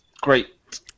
Great